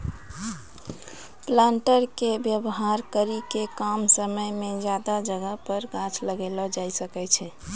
planter के वेवहार करी के कम समय मे ज्यादा जगह पर गाछ लगैलो जाय सकै छै